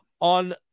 on